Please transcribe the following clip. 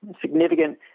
significant